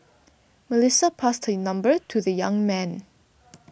Melissa passed number to the young man